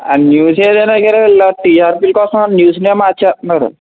ఆ న్యూస్ ఏదైనా కానీ వీళ్ళు టిఆర్పిల కోసం న్యూస్నే మార్చేస్తున్నారు